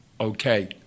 okay